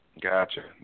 Gotcha